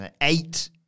eight